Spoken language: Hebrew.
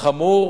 חמור